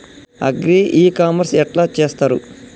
Agri e commerce ఎట్ల చేస్తరు?